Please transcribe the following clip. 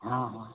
हाँ हाँ